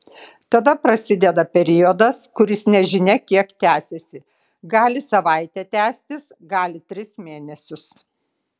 tada prasideda periodas kuris nežinia kiek tęsiasi gali savaitę tęstis gali tris mėnesius